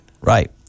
Right